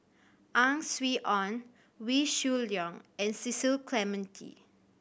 Ang Swee Aun Wee Shoo Leong and Cecil Clementi